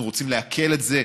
אנחנו רוצים להקל את זה,